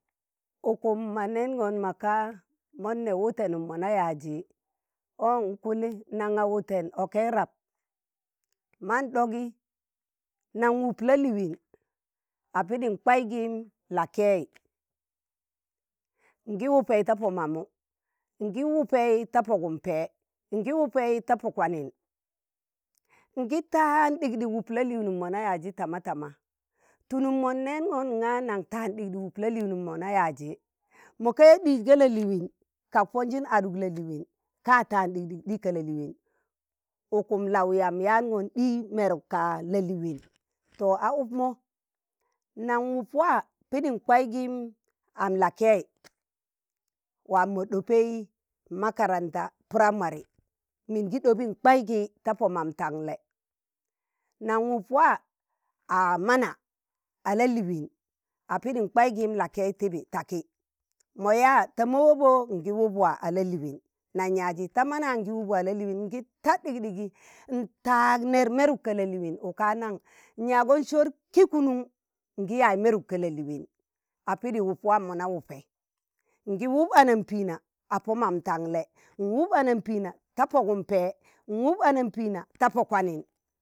ukum ma nengon ma ka, mon ne wutenum mo na yaaji, o n'kulli nan ga wuten okei rab, man ɗogi nan wup la'liin a pidin kwaigi la'kei, ngi wupei ta po mamu, ngi wupei ta pogum pẹe,̣ ngi wupei tapo kwanin, ngi tạan ɗig ɗig wup la'liin mona yaaji tama tama, tulum mon nengon nga nan tạan ɗig ɗig wup la'liinum mo na yaaji, mo ka yaa dij ka laliin kak ponjin aduk la'liin ka tạan dik- dig ɗi ga la'liin, ukum lau yamb yaang̣on ɗii mẹeụk ka la'liin to a ukmo naṇ upwa pidin kwaikiin am lakei, waamo ɗopẹi makaranta puramari min gi ɗopin kwai ki ta po mam taṇle, naṇ upwaa a mana a la liin a pidi kwai kiim lakẹi tibi taki, mo yaa ta ma wobo ngi up waa a la liin nan yaji ta mana ngi upp wa ii la lịin, ngi tạ ɗik ɗigi, ntaag nẹr mẹruk ka la'liin uka nan n'yagon sor ki- kunun, ngi yaaz meruk ka la'liin a pidi up waa mo na wupei ngi up anambiina a po man, n'wup anampiina ta pogum pẹẹ n'wup anampiina ta po kwanin,